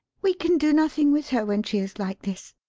we can do nothing with her when she is like this.